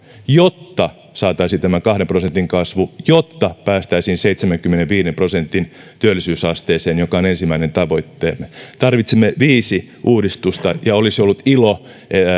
jotta saataisiin tämä kahden prosentin kasvu jotta päästäisiin seitsemänkymmenenviiden prosentin työllisyysasteeseen joka on ensimmäinen tavoitteemme tarvitsemme viisi uudistusta ja olisi ollut ilo